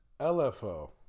LFO